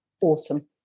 Awesome